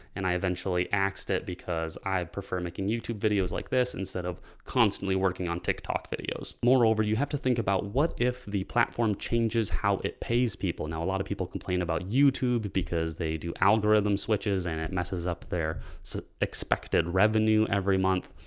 and i eventually axed it because i prefer making youtube videos like this, instead of constantly working on tik tok videos. moreover, you have to think about what if the platform changes, how it pays people. now, a lot of people complain about youtube because they do algorithms switches and it messes up their so expected revenue every month.